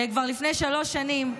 כבר לפני שלוש שנים,